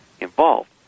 involved